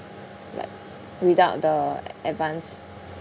like without the advanced